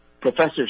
Professor